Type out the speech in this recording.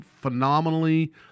phenomenally